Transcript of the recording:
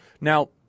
Now